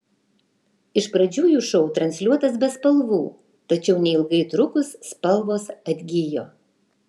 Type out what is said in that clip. iš pradžių jų šou transliuotas be spalvų tačiau neilgai trukus spalvos atgijo